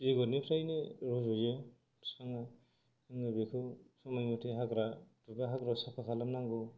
बेगरनिफ्रायनो रज'यो बिफाङा जोङो बेखौ समय मथे हाग्रा दुबा हाग्रा साफा खालामनांगौ